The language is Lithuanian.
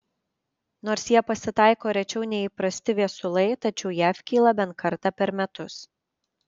nors jie pasitaiko rečiau nei įprasti viesulai tačiau jav kyla bent kartą per metus